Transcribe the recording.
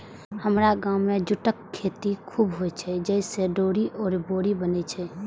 हमरा गाम मे जूटक खेती खूब होइ छै, जइसे डोरी आ बोरी बनै छै